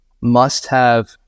must-have